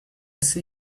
see